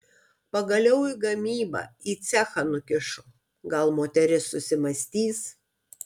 pagaliau į gamybą į cechą nukišo gal moteris susimąstys